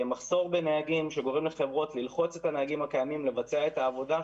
המחסור בנהגים גורם לחברות ללחוץ את הנהגים הקיימים לבצע את העבודה,